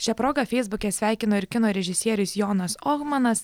šia proga feisbuke sveikino ir kino režisierius jonas ohmanas